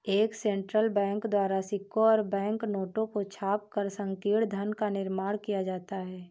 एक central bank द्वारा सिक्कों और बैंक नोटों को छापकर संकीर्ण धन का निर्माण किया जाता है